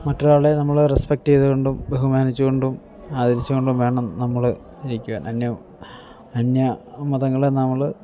മറ്റൊരാളെ നമ്മൾ റെസ്പെക്ട് ചെയ്തു കൊണ്ടും ബഹുമാനിച്ചു കൊണ്ടും ആദരിച്ചു കൊണ്ടും വേണം നമ്മൾ ഇരിക്കുവാൻ അന്യ അന്യ മതങ്ങളെ നമ്മൾ